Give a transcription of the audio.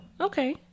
Okay